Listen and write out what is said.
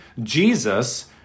Jesus